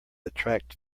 attract